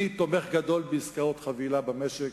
אני תומך גדול בעסקאות חבילה במשק.